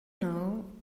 know